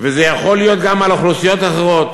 וזה יכול להיות גם על אוכלוסיות אחרות,